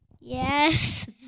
Yes